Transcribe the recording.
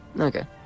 Okay